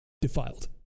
defiled